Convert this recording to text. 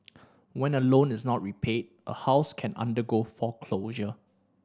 when a loan is not repaid a house can undergo foreclosure